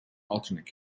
alternate